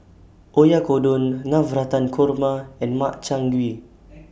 Oyakodon Navratan Korma and Makchang Gui